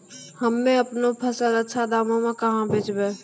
हम्मे आपनौ फसल अच्छा दामों मे कहाँ बेचबै?